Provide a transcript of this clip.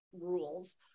rules